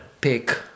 pick